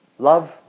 Love